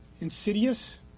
insidious